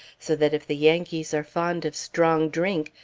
so that if the yankees are fond of strong drink,